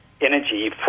energy